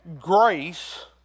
grace